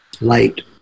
Light